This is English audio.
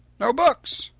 no books!